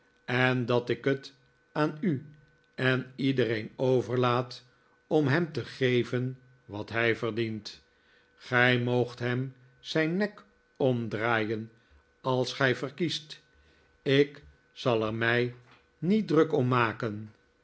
en dat ik het aan u en iedereen overlaat om hem te geven wat hij verdient gij moopt hem zijn nek omdraaien als gij verkiest ik zal er mij niet druk om maken